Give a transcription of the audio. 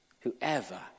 Whoever